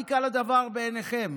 אל יקל הדבר בעיניכם